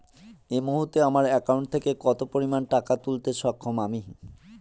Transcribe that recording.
এই মুহূর্তে আমার একাউন্ট থেকে কত পরিমান টাকা তুলতে সক্ষম আমি?